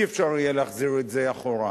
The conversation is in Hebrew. אי-אפשר יהיה להחזיר את זה אחורה.